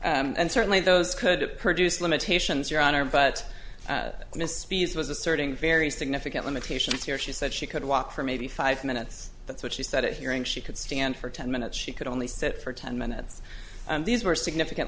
osteoarthritis and certainly those could have produced limitations your honor but missed speeds was asserting very significant limitations here she said she could walk for maybe five minutes that's what she said it hearing she could stand for ten minutes she could only sit for ten minutes these were significant